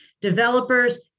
developers